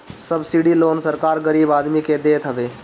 subsidy loan सरकार गरीब आदमी के देत हवे